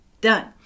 done